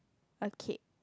okay